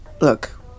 look